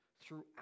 throughout